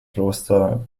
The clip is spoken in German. kloster